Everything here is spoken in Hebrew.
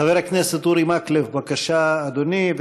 חבר הכנסת אורי מקלב, בבקשה, אדוני.